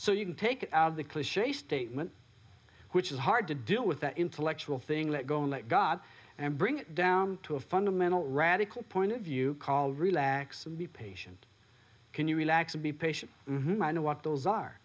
so you can take it out of the cliche statement which is hard to deal with that intellectual thing let go and let god and bring it down to a fundamental radical point of view call relax and be patient can you relax and be patient i know what those are